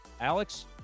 Alex